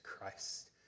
Christ